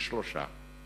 פי-שלושה.